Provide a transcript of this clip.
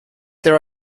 there